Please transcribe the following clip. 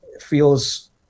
feels